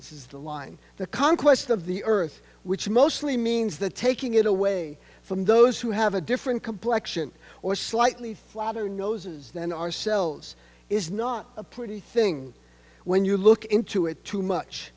this is the line the conquest of the earth which mostly means the taking it away from those who have a different complection or slightly flatter noses than ourselves is not a pretty thing when you look into it too much